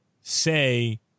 say